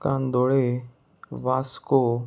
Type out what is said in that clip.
Candolim Vasco